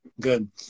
Good